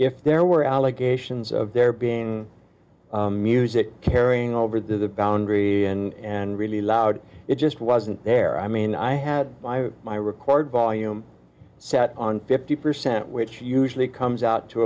if there were allegations of there being music carrying over the boundary and really loud it just wasn't there i mean i had my record volume set on fifty percent which usually comes out to